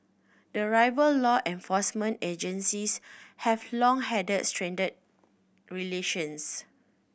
the rival law enforcement agencies have long had strained relations